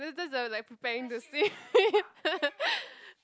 that's that's the like preparing to sleep